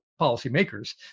policymakers